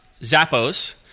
Zappos